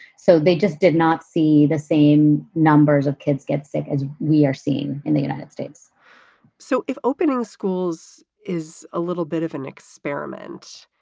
so they just did not see the same numbers of kids get sick as we are seeing in the united states so if opening schools is a little bit of an experiment,